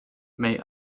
may